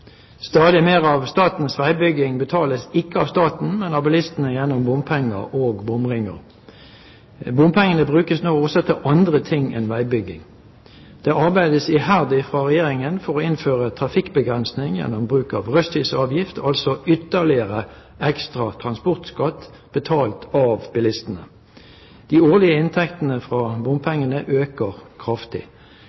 Stadig mer av statens veibygging betales ikke av staten, men av bilistene gjennom bompenger og bomringer. Bompengene brukes nå også til andre ting enn veibygging. Det arbeides iherdig fra regjeringen for å innføre trafikkbegrensning gjennom bruk av rushtidsavgift – altså ytterligere ekstra transportskatt betalt av bilistene. Årlige inntekter fra